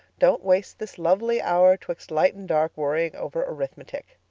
don't waste this lovely hour twixt light and dark worrying over arithmetic.